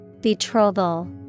Betrothal